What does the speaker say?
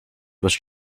was